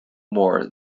more